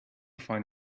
find